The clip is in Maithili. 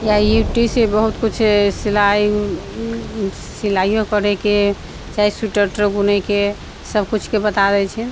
या यूट्यूब से बहुत किछु सिलाइ सिलाइयो करेके चाहे स्वेटर ओटर बुनेके सब किछुके बता दय छनि